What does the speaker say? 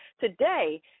today